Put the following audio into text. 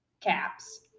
caps